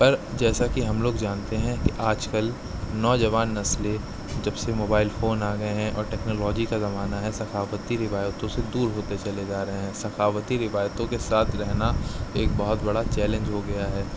پر جیسا کہ ہم لوگ جانتے ہیں کہ آج کل نوجوان نسلیں جب سے موبائل فون آ گیے ہیں اور ٹیکنالوجی کا زمانہ ہے ثقافتی روایتوں سے دور ہوتے چلے جا رہے ہیں ثقافتی روایتوں کے ساتھ رہنا ایک بہت بڑا چیلنج ہو گیا ہے